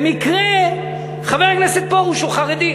במקרה חבר הכנסת פרוש הוא חרדי,